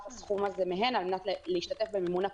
הסכום הזה מהן על מנת להשתתף במימון הפריסה.